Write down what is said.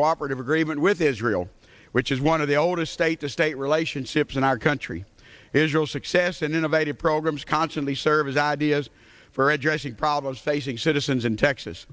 cooperative agreement with israel which is one of the oldest state to state relationships in our country israel success and innovative programs constantly serve as ideas for address the problems facing citizens in texas